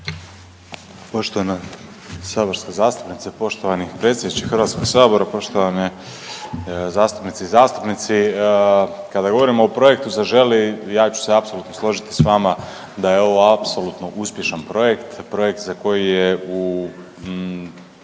Poštovana saborska zastupnice, poštovani predsjedniče HS-a, poštovane zastupnice i zastupnici. Kada govorimo o projektu Zaželi, ja ću se apsolutno složiti s vama da je ovo apsolutno uspješan projekt, projekt za koji je u,